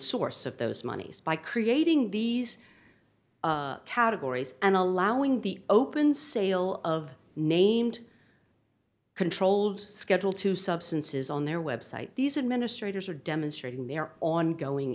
source of those moneys by creating these categories and allowing the open sale of named control of schedule two substances on their website these administrators are demonstrating their ongoing